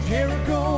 Jericho